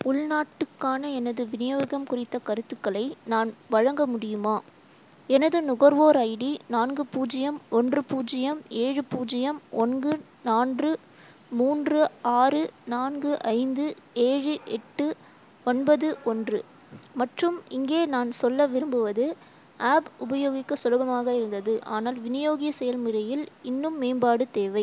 உள்நாட்டுக்கான எனது விநியோகம் குறித்த கருத்துக்களை நான் வழங்க முடியுமா எனது நுகர்வோர் ஐடி நான்கு பூஜ்ஜியம் ஒன்று பூஜ்ஜியம் ஏழு பூஜ்ஜியம் ஒன்கு நான்று மூன்று ஆறு நான்கு ஐந்து ஏழு எட்டு ஒன்பது ஒன்று மற்றும் இங்கே நான் சொல்ல விரும்புவது ஆப் உபயோகிக்க சுலபமாக இருந்தது ஆனால் விநியோகிய செயல்முறையில் இன்னும் மேம்பாடு தேவை